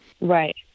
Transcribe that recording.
Right